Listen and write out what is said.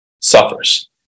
suffers